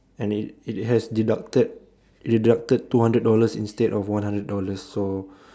and it it has deducted deducted two hundred dollars instead of one hundred dollars so